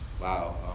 Wow